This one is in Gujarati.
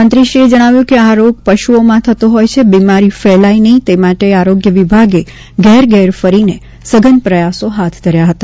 મંત્રીશ્રીએ જણાવ્યું કે આ રોગ પશુઓમાં થતો હોય છે બિમારી ફેલાય નહીં તે માટે આરોગ્ય વિભાગે ઘેર ઘેર ફરીને સઘન પ્રયાસો હાથ ધર્યા હતા